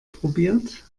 probiert